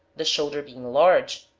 the shoulder being large,